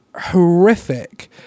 horrific